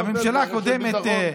הינה, תומא נותנת רשת ביטחון.